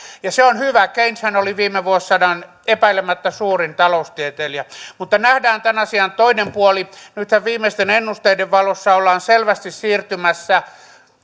ja se on hyvä keyneshän oli viime vuosisadan epäilemättä suurin taloustieteilijä mutta nähdään tämän asian toinen puoli nythän viimeisten ennusteiden valossa ollaan selvästi siirtymässä